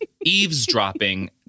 eavesdropping